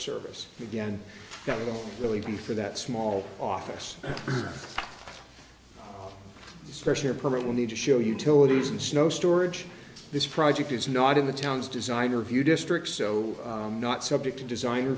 service again that will really be for that small office especially a permit will need to show utilities and snow storage this project is not in the town's design or view district so not subject to design